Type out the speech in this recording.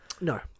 No